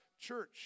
church